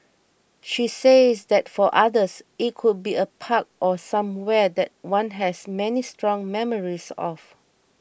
she says that for others it could be a park or somewhere that one has many strong memories of